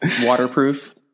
Waterproof